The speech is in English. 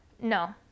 No